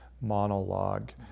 monologue